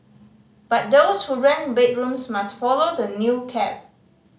but those who rent bedrooms must follow the new cap